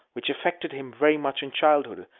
which affected him very much in childhood,